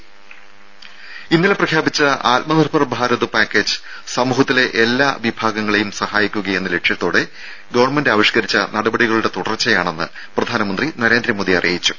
രും ഇന്നലെ പ്രഖ്യാപിച്ച ആത്മനിർഭർ ഭാരത് പാക്കേജ് സമൂഹത്തിലെ എല്ലാ വിഭാഗങ്ങളേയും സഹായിക്കുകയെന്ന ലക്ഷ്യത്തോടെ ഗവൺമെന്റ് ആവിഷ്ക്കരിച്ച നടപടികളുടെ തുടർച്ചയാണെന്ന് പ്രധാനമന്ത്രി നരേന്ദ്രമോദി അറിയിച്ചു